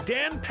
Dan